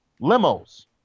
Limos